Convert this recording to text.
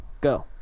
Go